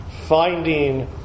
finding